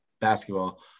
Basketball